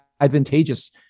advantageous